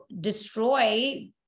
destroy